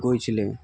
গৈছিলে